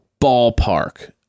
ballpark